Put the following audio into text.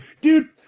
Dude